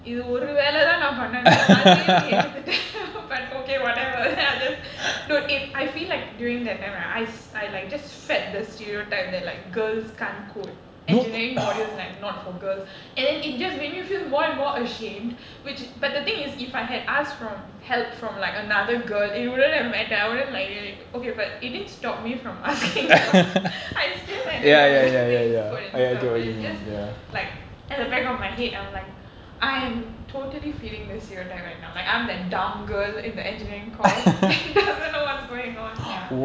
இதுஓருவேலதாநான்பண்ணனும்அதையும்நீஎடுத்துட்ட:idhu oru velatha naan pannanum athayum nee eduthutta but okay whatever then I'll just dude if I feel like during that time right I s~ I like just fed the stereotype that like girls can't code engineering module is like not for girls and then it just made me feel more and more ashamed which but the thing is if I had asked from help from like another girl I wouldn't have mattered I wouldn't like okay but it didn't stop me from asking for I still ended up asking his code and stuff but it's just like at the back of my head I'm like I am totally feeling the stereotype right now like I'm the dumb girl in the engineering course who doesn't know what's going on ya